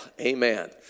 Amen